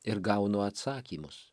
ir gaunu atsakymus